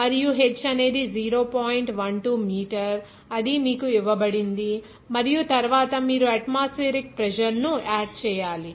12 metre అది మీకు ఇవ్వబడింది మరియు తరువాత మీరు అట్మాస్ఫియరిక్ ప్రెజర్ ను యాడ్ చేయాలి